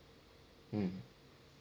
hmm